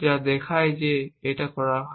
যা দেখায় যে এটা করা হয়